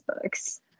books